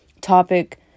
topic